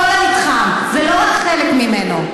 כל המתחם ולא רק חלק ממנו.